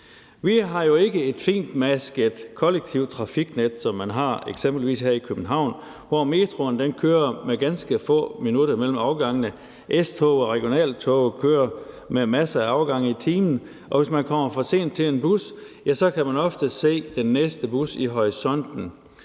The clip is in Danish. Vi har jo ikke et fintmasket kollektivt trafiknet, som man eksempelvis har her i København, hvor metroen kører med ganske få minutter mellem afgangene, hvor S-tog og regionaltog kører med masser af afgange i timen, og hvor det er sådan, at hvis man kommer for sent til en bus, kan man ofte se den næste bus i horisonten.